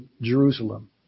Jerusalem